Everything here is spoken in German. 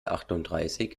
achtunddreißig